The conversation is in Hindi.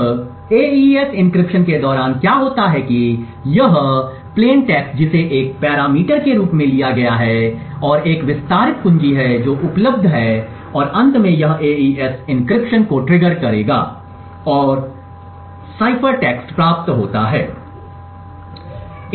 अब एईएस एन्क्रिप्शन के दौरान क्या होता है कि यह सादा पाठ है जिसे एक पैरामीटर के रूप में लिया गया है और एक विस्तारित कुंजी है जो उपलब्ध भी है और अंत में यह एईएस एन्क्रिप्शन को ट्रिगर करेगा और साइफर टेक्स्ट प्राप्त होता है